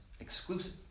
exclusive